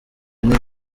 ine